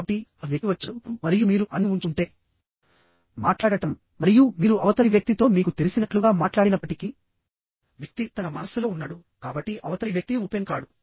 కాబట్టి ఆ వ్యక్తి వచ్చాడు మరియు మీరు అన్నీ ఉంచుకుంటే మాట్లాడటం మరియు మీరు అవతలి వ్యక్తితో మీకు తెలిసినట్లుగా మాట్లాడినప్పటికీ వ్యక్తి తన మనస్సులో ఉన్నాడు కాబట్టి అవతలి వ్యక్తి ఓపెన్ కాడు